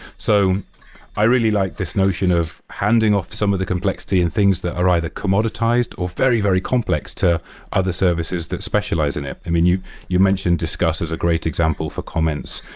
so i really like this notion of handing off some of the complexity and things that are either commoditized or very, very complex to other services that specialize in it. i mean, you you mentioned discuss is a great example for comments,